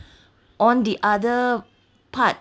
on the other part